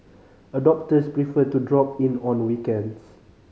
adopters prefer to drop in on weekends